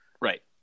right